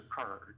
occurred